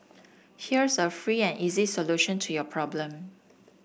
here's a free and easy solution to your problem